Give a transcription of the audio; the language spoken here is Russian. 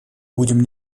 будем